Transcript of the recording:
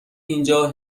اینجا